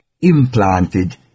implanted